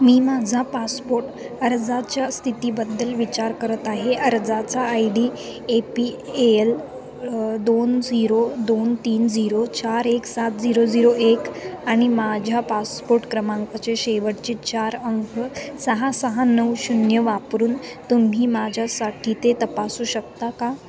मी माझा पासपोट अर्जाच्या स्थितीबद्दल विचार करत आहे अर्जाचा I D A P A L दोन झिरो दोन तीन झिरो चार एक सात झिरो झिरो एक आणि माझ्या पासपोट क्रमांकाचे शेवटचे चार अंक सहा सहा नऊ शून्य वापरून तुम्ही माझ्यासाठी ते तपासू शकता का